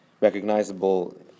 recognizable